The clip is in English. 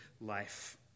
life